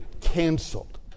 canceled